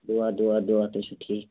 دُعا دُعا دُعا تُہۍ چھُو ٹھی